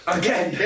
again